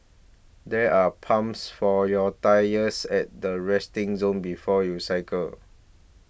there are pumps for your tyres at the resting zone before you cycle